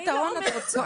איזה פתרון את רוצה?